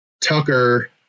Tucker